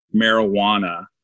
marijuana